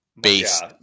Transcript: based